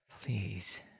Please